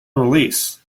release